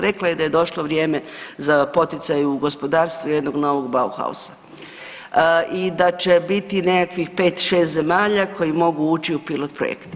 Rekla je da je došlo vrijeme za poticaj u gospodarstvu jednog novog Bauhasa i da će biti nekakvih 5, 6 zemalja koji mogu ući u pilot-projekt.